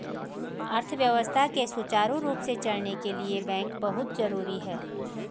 अर्थव्यवस्था के सुचारु रूप से चलने के लिए बैंक बहुत जरुरी हैं